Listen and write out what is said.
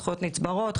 זכויות נצברות,